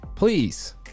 Please